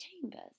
chambers